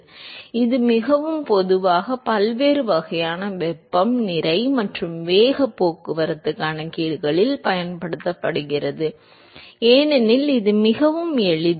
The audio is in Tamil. எனவே இது மிகவும் பொதுவாக பல்வேறு வகையான வெப்பம் நிறை மற்றும் வேக போக்குவரத்து கணக்கீடுகளில் பயன்படுத்தப்படுகிறது ஏனெனில் இது மிகவும் எளிது